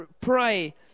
pray